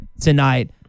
tonight